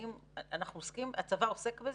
האם הצבא עוסק בזה?